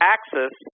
Axis